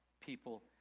people